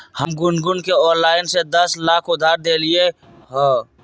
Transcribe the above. हम गुनगुण के ऑनलाइन से दस लाख उधार देलिअई ह